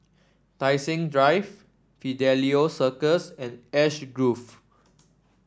Tai Seng Drive Fidelio Circus and Ash Grove